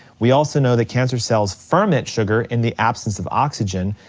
we also know that cancer cells ferment sugar in the absence of oxygen,